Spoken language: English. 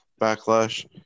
Backlash